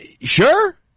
sure